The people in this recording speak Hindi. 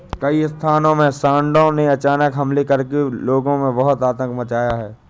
कई स्थानों में सांडों ने अचानक हमले करके लोगों में बहुत आतंक मचाया है